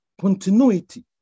continuity